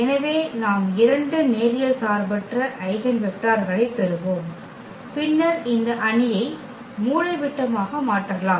எனவே நாம் இரண்டு நேரியல் சார்பற்ற ஐகென் வெக்டர்களைப் பெறுவோம் பின்னர் இந்த அணியை மூலைவிட்டமாக மாற்றலாம்